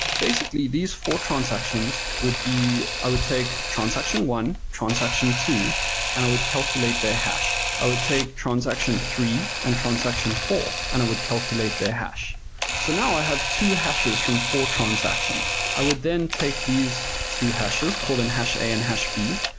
basically, these four transactions would be, i would take transaction one, transaction two and i would calculate their hash. i would take transaction three and transaction four and i would calculate their hash so now i have two hashes from four transactions. i would then take these two hashes, call them hash a and hash b,